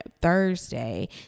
thursday